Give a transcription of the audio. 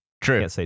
true